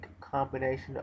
combination